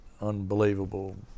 unbelievable